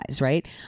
right